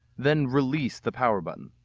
then release the power button.